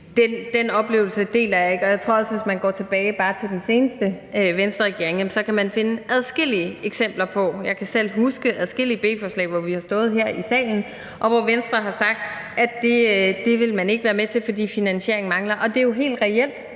den oplevelse deler jeg ikke. Jeg tror også, at man, hvis man går tilbage til bare den seneste Venstreregering, kan finde adskillige eksempler på det. Jeg kan selv huske adskillige B-forslag, hvor vi har stået her i salen, og hvor Venstre har sagt, at det ville man ikke være med til, fordi finansieringen manglede. Det er helt reelt,